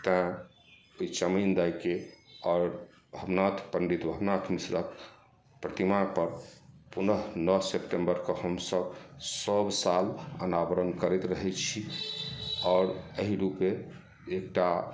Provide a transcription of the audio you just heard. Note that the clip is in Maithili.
तैॅं ओहि चमैन दाइके आओर भवनाथ पण्डित भवनाथ मिश्रक प्रतिमा पर पुनः नओ सेप्टेम्बर कऽ हमसब सब साल अनावरण करैत रहै छी आओर एहि रूपे एकटा